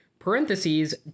Parentheses